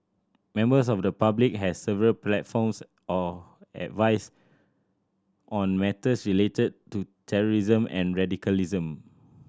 members of the public has several platforms or advice on matters related to terrorism and radicalism